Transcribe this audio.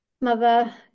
mother